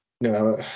No